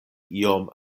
iom